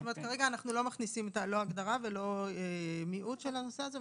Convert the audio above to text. זאת אומרת שכרגע אנחנו לא מגדירים לא הגדרה ולא מיעוט על הנושא הזה,